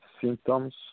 symptoms